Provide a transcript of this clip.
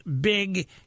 big